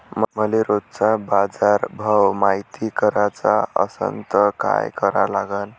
मले रोजचा बाजारभव मायती कराचा असन त काय करा लागन?